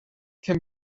can